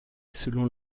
selon